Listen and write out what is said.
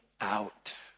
out